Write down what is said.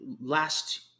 last